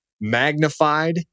magnified